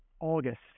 August